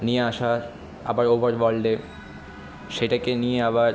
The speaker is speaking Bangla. নিয়ে আসা আবার ওভার ওয়ার্ল্ডে সেটাকে নিয়ে আবার